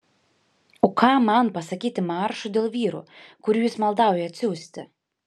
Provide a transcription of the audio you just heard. o ką man pasakyti maršui dėl vyrų kurių jis maldauja atsiųsti